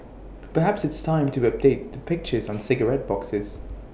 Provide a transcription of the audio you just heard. perhaps it's time to update the pictures on cigarette boxes